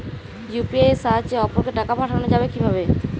UPI এর সাহায্যে অপরকে টাকা পাঠানো যাবে কিভাবে?